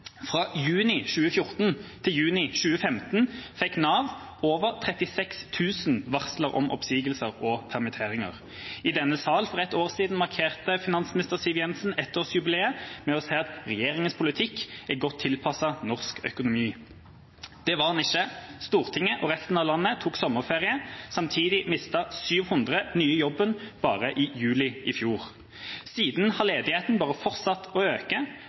Fra juni 2014 til juni 2015 fikk Nav over 36 000 varsler om oppsigelser og permitteringer. I denne sal for ett år siden markerte finansminister Siv Jensen ettårsjubileet med å si at regjeringens politikk er godt tilpasset norsk økonomi. Det var den ikke. Stortinget og resten av landet tok sommerferie. Samtidig mistet 700 nye jobben bare i juli i fjor. Siden har ledigheten bare fortsatt å øke.